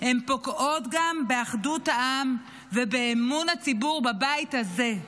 הן פוגעות גם באחדות העם ובאמון הציבור בבית הזה.